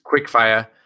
quickfire